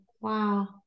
Wow